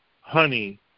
honey